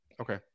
Okay